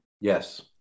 Yes